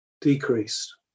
decreased